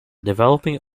developing